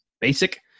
basic